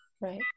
right